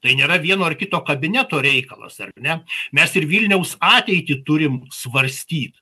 tai nėra vieno ar kito kabineto reikalas ar ne mes ir vilniaus ateitį turime svarstyt